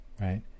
right